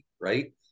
right